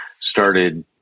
started